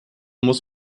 muss